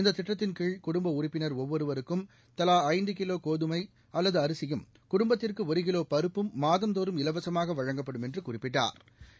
இந்த திட்டத்தின் கீழ் குடும்ப உறுப்பினர் ஒவ்வொருவருக்கும் தலா ஐந்து கிலோ கோதுமை அல்லது அரிசியும் குடும்பத்திற்கு ஒரு கிலோ பருப்பும் மாதந்தோறும் இலவசமாக வழங்கப்படும் என்று குறிப்பிட்டாா்